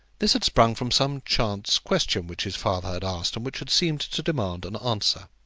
this had sprung from some chance question which his father had asked, and which had seemed to demand an answer.